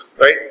right